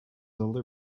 older